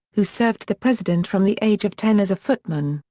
who served the president from the age of ten as a footman,